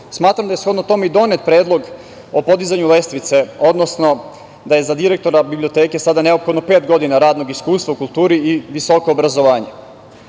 Smatram da je shodno tome i donet predlog o podizanju lestvice, odnosno da je za direktora biblioteke sada neophodno pet godina radnog iskustva u kulturi i visoko obrazovanje. Koliko